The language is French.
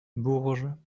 bourges